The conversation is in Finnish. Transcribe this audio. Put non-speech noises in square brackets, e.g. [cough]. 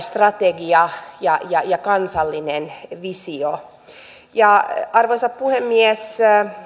[unintelligible] strategia ja ja kansallinen visio arvoisa puhemies